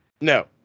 No